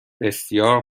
بسیار